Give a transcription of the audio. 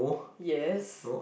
yes